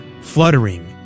fluttering